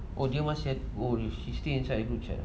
oh dia masih oh she's still inside the group chat ah